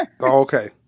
okay